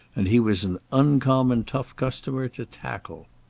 and he was an uncommon tough customer to tackle.